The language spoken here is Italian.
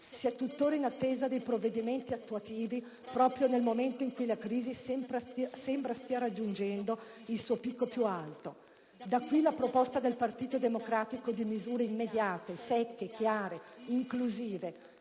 Si è tuttora in attesa dei provvedimenti attuativi, proprio nel momento in cui la crisi sembra stia raggiungendo il suo picco più alto. Da qui la proposta del Partito Democratico di misure immediate, secche, chiare, inclusive